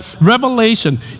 revelation